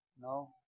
No